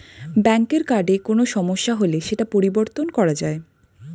ব্যাঙ্কের কার্ডে কোনো সমস্যা হলে সেটা পরিবর্তন করা যায়